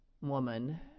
woman